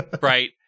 right